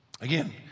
again